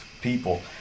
people